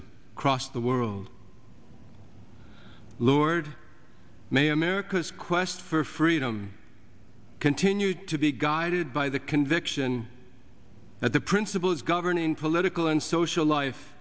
of across the world lord mayor america's quest for freedom continued to be guided by the conviction that the principles governing political and social life